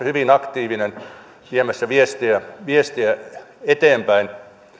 hyvin aktiivisesti viemässä viestiä viestiä eteenpäin